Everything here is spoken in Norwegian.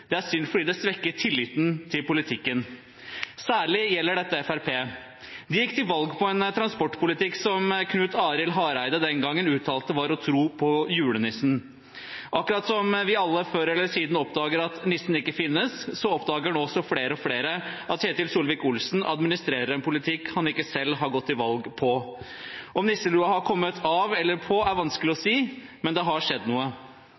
Det er synd fordi det svekker tilliten til politikken. Særlig gjelder dette Fremskrittspartiet. De gikk til valg på en transportpolitikk som Knut Arild Hareide den gangen uttalte at det var som å tro på julenissen. Akkurat som vi alle før eller siden oppdager at nissen ikke finnes, oppdager flere og flere at Ketil Solvik-Olsen administrerer en politikk han selv ikke har gått til valg på. Om nisselua har kommet av eller på, er vanskelig å si, men det har skjedd noe.